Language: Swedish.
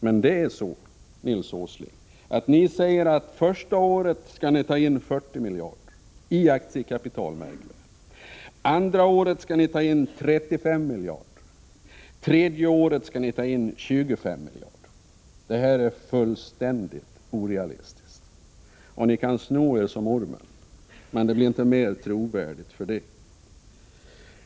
Men, Nils Åsling, ni säger att första året skall ni ta in 40 miljarder — i aktiekapital, märk väl! Andra året skall ni ta in 35 miljarder och tredje året skall ni ta in 25 miljarder. Det är fullständigt orealistiskt. Ni kan kanske sno er som ormen, men det blir inte mer trovärdigt för det.